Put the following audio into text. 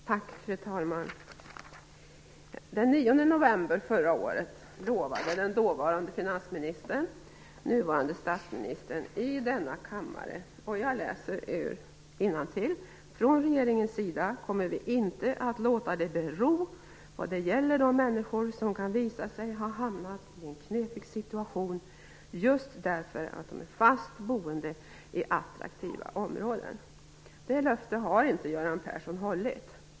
Fru talman! Den 9 november förra året lovade dåvarande finansministern, nuvarande statsministern, i denna kammare: Från regeringens sida kommer vi inte att låta det bero vad gäller de människor som kan visa sig ha hamnat i en knepig situation just därför att de är fast boende i attraktiva områden. Detta löfte har inte hållits av Göran Persson.